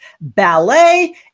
ballet